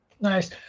Nice